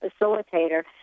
facilitator